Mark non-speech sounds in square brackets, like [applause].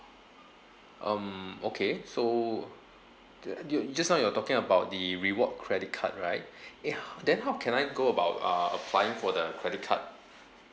um okay so the do you just now you're talking about the reward credit card right [breath] eh [noise] then how can I go about uh applying for the credit card